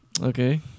okay